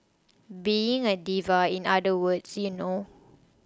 being a diva in other words you know